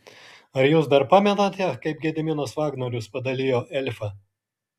ar jūs dar pamenate kaip gediminas vagnorius padalijo elfą